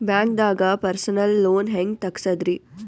ಬ್ಯಾಂಕ್ದಾಗ personal loan ಹೆಂಗ್ ತಗ್ಸದ್ರಿ?